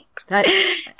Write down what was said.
Thanks